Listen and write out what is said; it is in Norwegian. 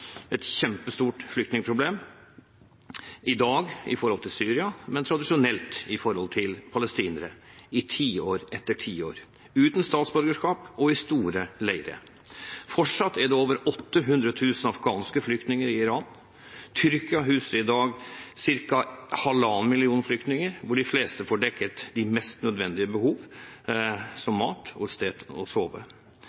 et kjempestort flyktningproblem – i dag gjelder det Syria, men tradisjonelt har det gjeldt palestinere, i tiår etter tiår, uten statsborgerskap og i store leirer. Fortsatt er det over 800 000 afghanske flyktninger i Iran. Tyrkia huser i dag ca. 1,5 millioner flyktninger, hvor de fleste får dekket de mest nødvendige behov som mat og et sted å sove.